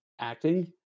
acting